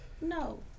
no